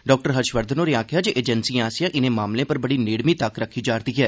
doctor Harshvardhan होरें आखेआ जे एजेंसियें आसेआ इनें मामलें पर बड़ी नेड़मी तक्क रक्खी जा'रदी ऐ